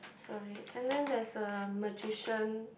sorry and then there's a magician